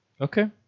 okay